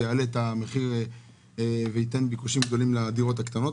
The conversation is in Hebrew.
יעלה את המחיר וייתן ביקושים גדולים לדירות הקטנות,